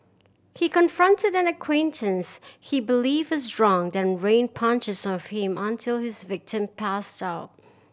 he confronted an acquaintance he believed is drunk then rained punches on him until his victim passed out